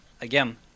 again